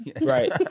right